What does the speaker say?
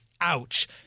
Ouch